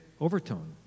overtone